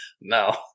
No